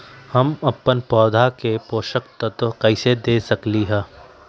हम अपन पौधा के पोषक तत्व कैसे दे सकली ह?